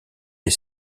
les